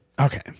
okay